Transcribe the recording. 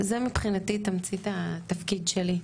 זה מבחינתי תמצית התפקיד שלי,